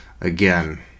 again